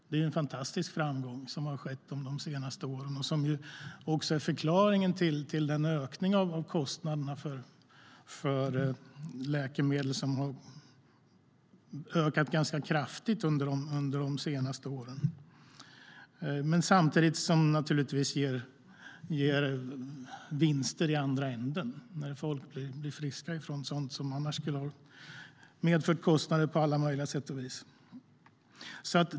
Det är en fantastisk framgång som har skett under de senaste åren och som är en del av förklaringen till den ganska kraftiga ökningen av kostnaderna för läkemedel under de senaste åren. Men det ger naturligtvis samtidigt vinster i den andra änden, när folk blir friska från sådant som annars skulle ha medfört kostnader på alla möjliga sätt.